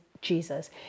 Jesus